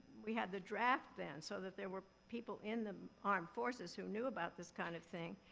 we had the draft then, so that there were people in the armed forces who knew about this kind of thing,